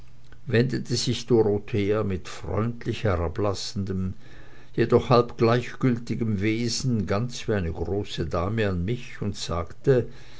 wendete sich dorothea mit freundlich herablassendem jedoch halb gleichgültigem wesen ganz wie eine große dame an mich und sagte